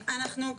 אנחנו,